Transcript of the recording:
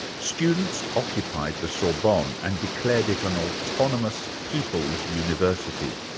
students occupied the sorbonne and declared it an autonomous people's university.